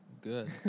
good